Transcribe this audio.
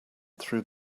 through